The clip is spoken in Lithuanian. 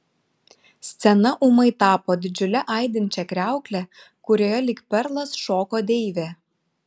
scena ūmai tapo didžiule aidinčia kriaukle kurioje lyg perlas šoko deivė